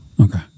Okay